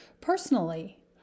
Personally